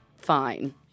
fine